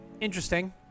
Interesting